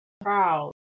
proud